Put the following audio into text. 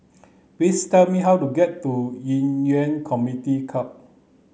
please tell me how to get to Ci Yuan Community Club